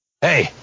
Hey